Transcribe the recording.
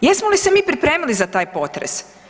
Jesmo li se mi pripremili za taj potres?